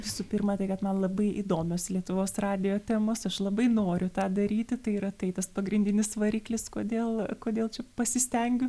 visų pirma tai kad man labai įdomios lietuvos radijo temos aš labai noriu tą daryti tai yra tai tas pagrindinis variklis kodėl kodėl čia pasistengiu